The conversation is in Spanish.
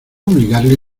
obligarle